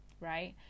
right